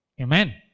Amen